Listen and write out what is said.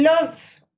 love